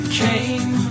came